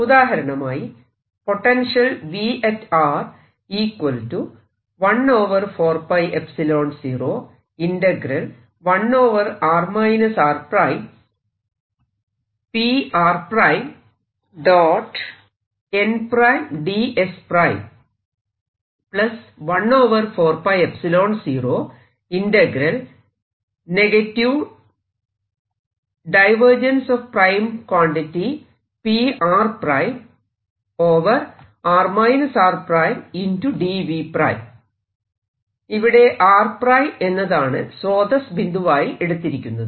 ഉദാഹരണമായി പൊട്ടൻഷ്യൽ ഇവിടെ rʹ എന്നതാണ് സ്രോതസ് ബിന്ദുവായി എടുത്തിരിക്കുന്നത്